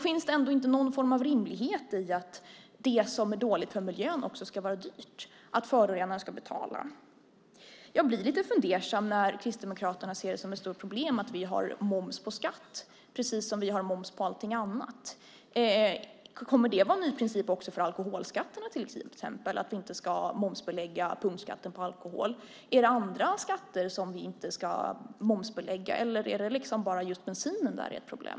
Finns det inte någon form av rimlighet i att det som är dåligt för miljön också ska vara dyrt, att förorenaren ska betala? Jag blir lite fundersam när Kristdemokraterna ser det som ett stort problem att vi har moms på skatt, precis som vi har moms på allting annat. Kommer det att bli en ny princip för till exempel alkoholskatterna så att man inte ska momsbelägga punktskatten på alkohol? Är det andra skatter som ni inte tycker ska momsbelägga, eller är det bara just när det gäller bensinen som det är ett problem?